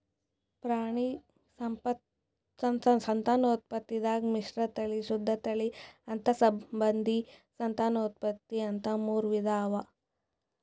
ಪ್ರಾಣಿ ಸಂತಾನೋತ್ಪತ್ತಿದಾಗ್ ಮಿಶ್ರತಳಿ, ಶುದ್ಧ ತಳಿ, ಅಂತಸ್ಸಂಬಂಧ ಸಂತಾನೋತ್ಪತ್ತಿ ಅಂತಾ ಮೂರ್ ವಿಧಾ ಅವಾ